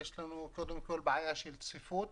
יש לנו בעיה של צפיפות